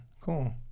cool